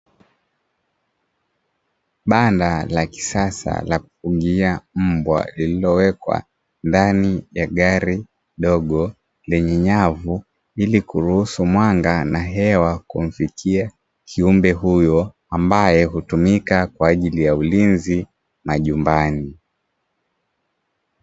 Banda la kisasa la kufungia mbwa, lililowekwa ndani ya gari dogo lenye nyavu, ili kuruhusu mwanga na hewa kumfikia kiumbe huyo ambae hutumika kwaajili ya ulinzi majumbani.